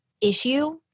issue